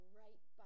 right